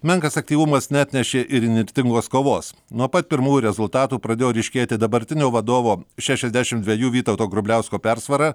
menkas aktyvumas neatnešė ir įnirtingos kovos nuo pat pirmųjų rezultatų pradėjo ryškėti dabartinio vadovo šešiasdešimt dviejų vytauto grubliausko persvara